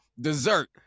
dessert